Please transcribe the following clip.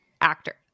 actor